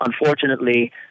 Unfortunately